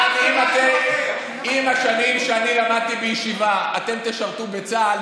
אם את השנים שאני למדתי בישיבה אתם תשרתו בצה"ל,